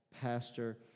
pastor